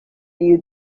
you